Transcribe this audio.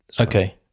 Okay